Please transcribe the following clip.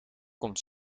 komt